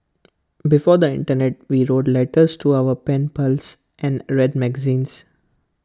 before the Internet we wrote letters to our pen pals and read magazines